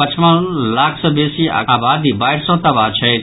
पचपन लाख सँ बेसीक आबादी बाढ़ि सँ तबाह छथि